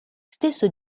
stesso